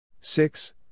Six